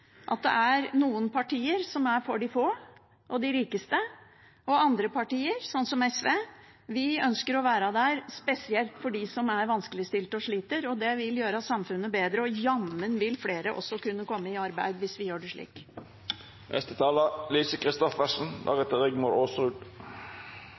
at det er noen partier som er for de få og de rikeste, og andre partier, som SV, som ønsker å være der spesielt for dem som er vanskeligstilt og sliter. Det vil gjøre samfunnet bedre, og jammen vil flere også kunne komme i arbeid hvis vi gjør det slik.